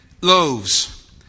loaves